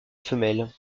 femelle